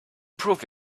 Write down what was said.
proof